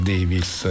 Davis